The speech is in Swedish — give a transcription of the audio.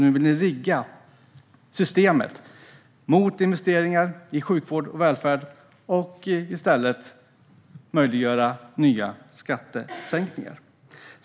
Nu vill ni rigga systemet mot investeringar i sjukvård och välfärd och i stället möjliggöra nya skattesänkningar.